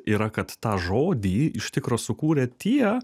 yra kad tą žodį iš tikro sukūrė tie